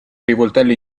rivoltelle